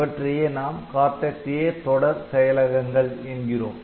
இவற்றையே நாம் Cortex A தொடர் செயலகங்கள் என்கிறோம்